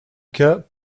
cas